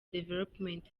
development